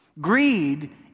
Greed